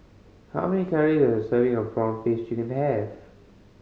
how many calorie does a serving of prawn paste chicken have